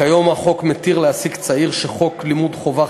כיום החוק מתיר להעסיק צעיר שחוק לימוד חובה